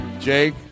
Jake